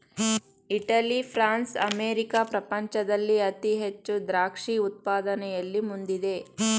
Italy, France, America ಪ್ರಪಂಚದಲ್ಲಿ ಅತಿ ಹೆಚ್ಚು ದ್ರಾಕ್ಷಿ ಉತ್ಪಾದನೆಯಲ್ಲಿ ಮುಂದಿದೆ